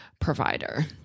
provider